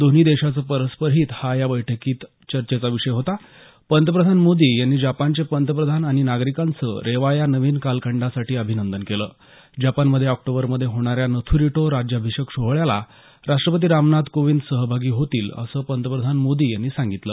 दोन्ही देशांचं परस्पर हित हा या बैठकीत चर्चेचा विषय होता पंतप्रधान मोदी यांनी जपानचे पंतप्रधान आणि नागरिकांचं रेवा या नवीन कालखंडासाठी अभिनंदन केलं जपान मध्ये ऑक्टोबर मध्ये होणाऱ्या नथ्ररिटो राज्याभिषेक सोहळ्याला राष्ट्रपती रामनाथ कोविंद सहभागी होतील असं पंतप्रधान मोदी यांनी सांगितलं